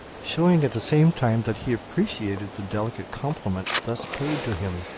showing at the same time that he appreciated the delicate compliment thus paid to him.